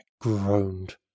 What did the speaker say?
groaned